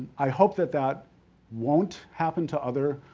i hope that that won't happen to other